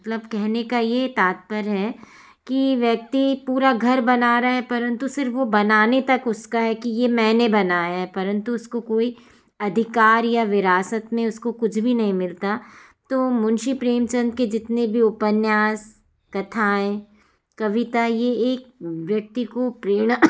मतलब कहने का ये तात्पर्य है कि व्यक्ति पूरा घर बना रहा है परन्तु सिर्फ वो बनाने तक उसका है कि ये मैंने बनाया है परन्तु उसको कोई अधिकार या विरासत में उसको कुछ नहीं मिलता तो मुंशी प्रेमचन्द के जितने भी उपन्यास कथाएँ कविता ये एक व्यक्ति को